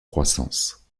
croissance